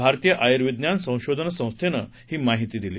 भारतीय आयुर्विज्ञान संशोधन संस्थेनं ही माहिती दिली